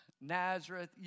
Nazareth